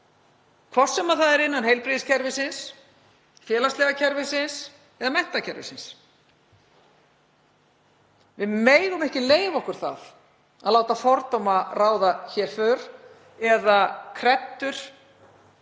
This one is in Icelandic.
hvort sem það er innan heilbrigðiskerfisins, félagslega kerfisins eða menntakerfisins. Við megum ekki leyfa okkur að láta fordóma ráða för eða kreddur